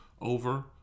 over